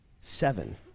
seven